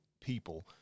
people